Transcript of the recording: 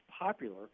popular